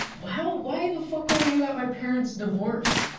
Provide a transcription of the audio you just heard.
wow, why and the fuck are you at my parents' divorce?